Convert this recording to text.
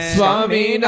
Swami